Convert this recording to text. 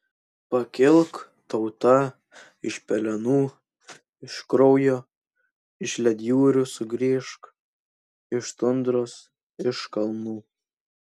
pakilk tauta iš pelenų iš kraujo iš ledjūrių sugrįžk iš tundros iš kalnų